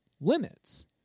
limits